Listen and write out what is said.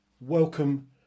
welcome